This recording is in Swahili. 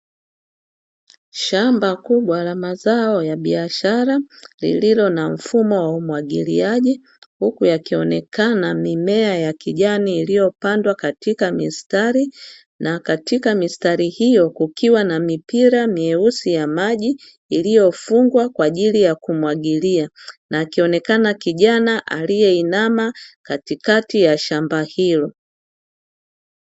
Shamba kubwa la mazao ya biashara lililo na mfumo wa umwagiliaji, huku yakionekana mimea ya kijani iliyopandwa katika mistari na katika mistari hiyo kukiwa na mipira mieusi ya maji iliyofungwa kwa ajili ya kumwagilia na akionekana kijana aliyeinama Katikati ya shamba hilo.